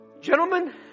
gentlemen